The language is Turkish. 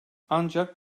ancak